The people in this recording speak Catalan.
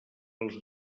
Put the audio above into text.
els